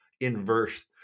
inverse